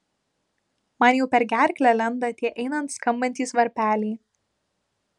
man jau per gerklę lenda tie einant skambantys varpeliai